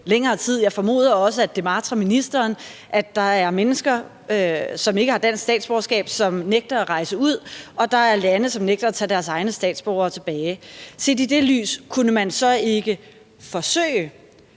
længere tid. Og jeg formoder også, at det martrer ministeren, at der er mennesker, som ikke har dansk statsborgerskab, og som nægter at rejse ud, og at der er lande, som nægter at tage deres egne statsborgere tilbage. Set i det lys kunne man så ikke forsøge